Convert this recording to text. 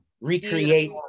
recreate